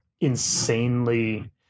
insanely